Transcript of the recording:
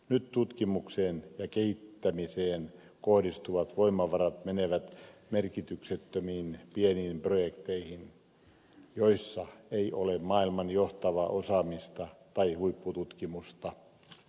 nyt tutkimukseen ja kehittämiseen kohdistuvat voimavarat menevät merkityksettömiin pieniin projekteihin joissa ei ole maailman johtavaa osaamista tai huippututkimusta